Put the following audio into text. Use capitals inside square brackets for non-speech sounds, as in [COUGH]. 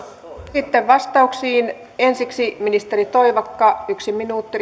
sitten vastauksiin ensiksi ministeri toivakka riittääkö yksi minuutti [UNINTELLIGIBLE]